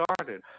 started